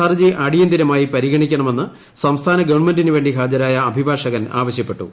ഹർജി അടിയന്തിരമായി പരിഗണിക്കണമെന്ന് സംസ്ഥാന ഗവൺമെന്റിന് വേണ്ടി ഹാജരായ അഭിഭാഷകൻ ആവശ്യപ്പെട്ടു